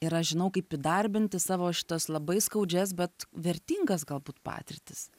ir aš žinau kaip įdarbinti savo šitas labai skaudžias bet vertingas galbūt patirtis